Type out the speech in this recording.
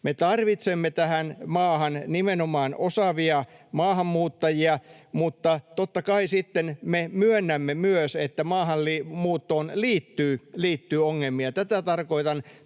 Me tarvitsemme tähän maahan nimenomaan osaavia maahanmuuttajia, mutta totta kai sitten me myönnämme myös, että maahanmuuttoon liittyy ongelmia. Tätä tarkoitan